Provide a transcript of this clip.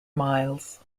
miles